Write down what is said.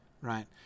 right